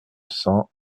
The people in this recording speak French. cents